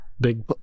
big